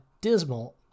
dismal